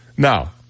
Now